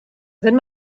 wenn